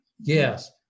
Yes